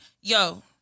yo